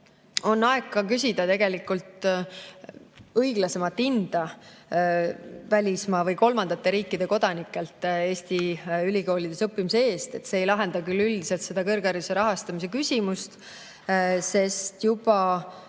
on aeg ka küsida õiglasemat hinda välismaa või kolmandate riikide kodanikelt Eesti ülikoolides õppimise eest. See ei lahenda küll üldiselt seda kõrghariduse rahastamise küsimust, sest juba